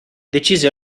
decise